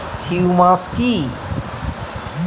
Humus কি?